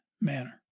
manner